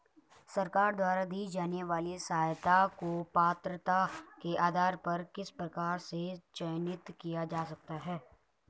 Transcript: सरकार द्वारा दी जाने वाली सहायता को पात्रता के आधार पर किस प्रकार से चयनित किया जा सकता है?